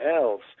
else